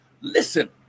Listen